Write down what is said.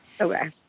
Okay